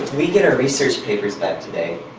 we get our research papers back today